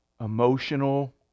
emotional